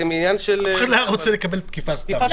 אף אחד לא היה רוצה לקבל תקיפה סתם.